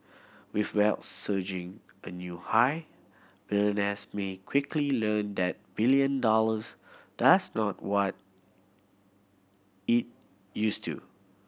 with wealth surging a new high billionaires may quickly learn that billion dollars does not what it used to